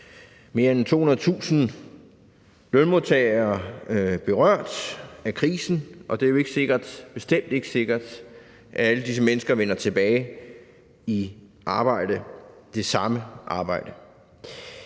mere end 200.000 lønmodtagere jo berørt af krisen, og det er jo bestemt ikke sikkert, at alle disse mennesker vender tilbage til det samme arbejde.